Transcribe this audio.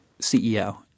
CEO